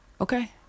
Okay